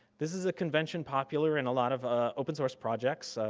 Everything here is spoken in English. this is a convention popular in a lot of ah open-source projects,